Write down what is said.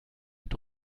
mit